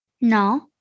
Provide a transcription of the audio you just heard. No